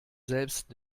selbst